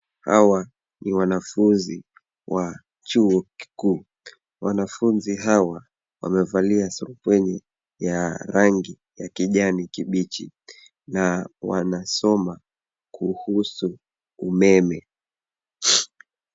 Hawa ni wanafunzi wa cchuo kikuu wanafunzi hawa wamevalia surupwenye ya rangi ya kijani kibichi na wanasoma kuhusu umeme.